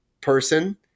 person